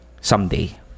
someday